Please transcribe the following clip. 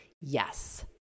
yes